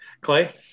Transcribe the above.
Clay